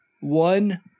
one